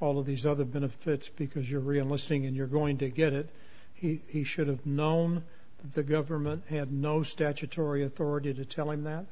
all of these other benefits because you're really listening and you're going to get it he should have known the government had no statutory authority to tell him that